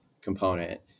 component